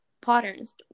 patterns